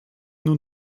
nun